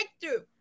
breakthrough